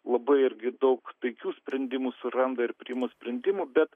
labai irgi daug taikių sprendimų suranda ir priima sprendimų bet